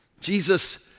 Jesus